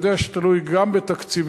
אני יודע שזה תלוי גם בתקציבים.